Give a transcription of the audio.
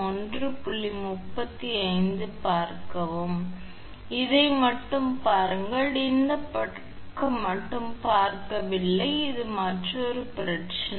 எனவே இதை மட்டும் பாருங்கள் இந்த பக்கம் மட்டும் பார்க்கவில்லை இது மற்றொரு பிரச்சனை